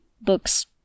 Books